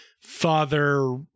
father